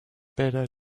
beta